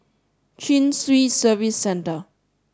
Chin Swee Service Centre